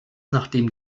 nachdem